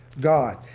God